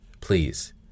Please